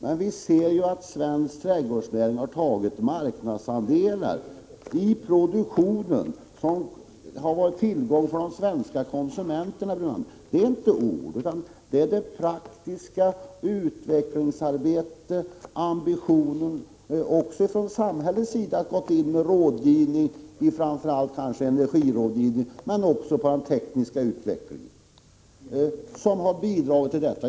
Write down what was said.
Men vi ser ju att svensk trädgårdsnäring har tagit marknadsandelar i fråga om produktionen och att det har varit en tillgång för bl.a. de svenska konsumenterna. Det är dock inte orden utan det är det praktiska utvecklingsarbetet och ambitionerna — även från samhällets sida har man gått in med rådgivning, kanske framför allt energirådgivning men också rådgivning när det gäller den tekniska utvecklingen — som har bidragit till utvecklingen.